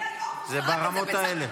זה ברמות האלה.